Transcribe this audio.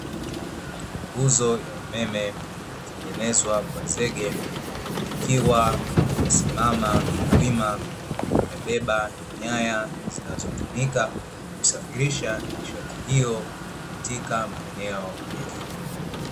Nguzo ya umeme iliyotengenezwa kwa zege, ikiwa imesimama wima imebeba nyaya zinazotumika kusafirisha nishati hiyo katika maeneo ya jiji.